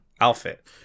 outfit